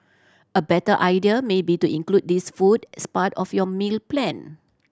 a better idea may be to include these food as part of your meal plan